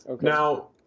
Now